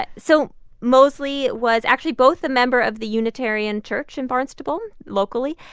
but so moseley was actually both a member of the unitarian church in barnstable, locally,